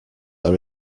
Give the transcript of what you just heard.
are